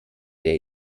der